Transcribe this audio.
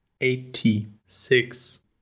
Eighty-six